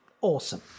awesome